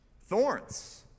Thorns